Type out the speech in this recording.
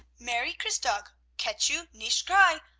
merry christtag. catch you! nicht cry!